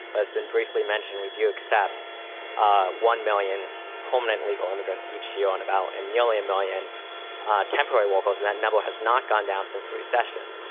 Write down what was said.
but it's been briefly mentioned we do accept ah one million permanent legal immigrants each year and about and nearly a million temporary workers, and that number has not gone down since the recession.